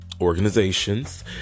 organizations